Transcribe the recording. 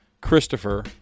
christopher